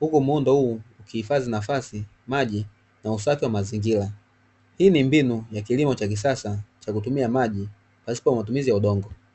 huko muundo huu hifadhi nafasi maji na usafi wa mazingira, hii ni mbinu ya kilimo cha kisasa cha kutumia maji pasipo matumizi ya udongo.